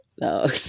No